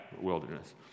Wilderness